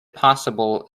possible